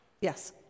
Yes